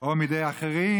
או מידי אחרים?